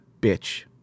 bitch